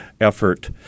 effort